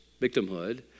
victimhood